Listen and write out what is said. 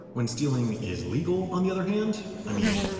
when stealing is legal, on the other hand, i mean,